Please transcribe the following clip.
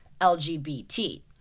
LGBT